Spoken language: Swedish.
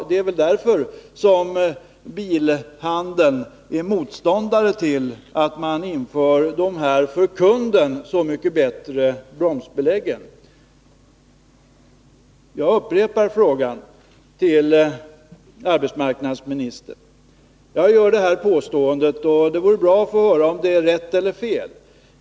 Det är väl därför som bilhandeln är motståndare till att man inför de här för kunden så mycket bättre bromsbeläggen. Jag upprepar en fråga till arbetsmarknadsministern, och jag gör detta påstående. Det vore bra att få höra om det är rätt eller fel.